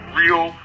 real